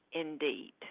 Indeed